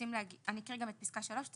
הארגון היציג זה